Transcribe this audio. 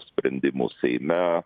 sprendimų seime